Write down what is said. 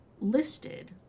listed